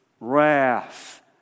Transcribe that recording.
wrath